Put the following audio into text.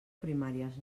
primàries